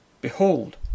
Behold